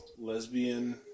lesbian